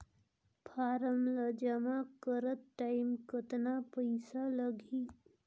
Form ला जमा करत टाइम कतना पइसा लगही?